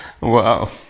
Wow